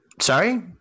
Sorry